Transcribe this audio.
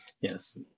yes